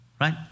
Right